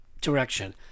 direction